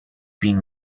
being